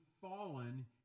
fallen